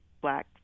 black